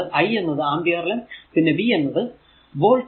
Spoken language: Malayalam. എന്തെന്നാൽ i എന്നത് ആമ്പിയർ ലും പിന്നെ v എന്നത് വോൾട് ലും ആണ്